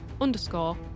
underscore